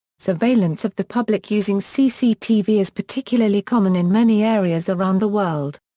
surveillance of the public using cctv is particularly common in many areas around the world.